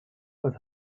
what